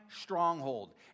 stronghold